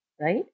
Right